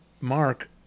Mark